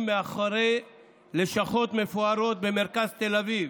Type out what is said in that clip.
מאחורי לשכות מפוארות במרכז תל אביב,